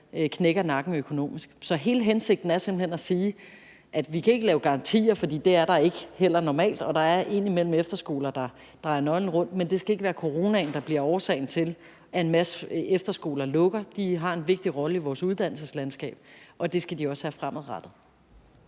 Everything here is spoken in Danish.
knækker nakken økonomisk. Så hele hensigten er simpelt hen at sige, at vi ikke kan lave garantier, for det er der heller ikke normalt, og der er indimellem efterskoler, der må dreje nøglen rundt, men det skal ikke være coronaen, der bliver årsagen til, at en masse efterskoler lukker. De har en vigtig rolle i vores uddannelseslandskab, og det skal de også have fremadrettet.